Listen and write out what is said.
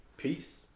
peace